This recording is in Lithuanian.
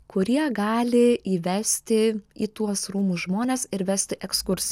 kurie gali įvesti į tuos rūmus žmones ir vesti ekskurs